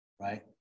right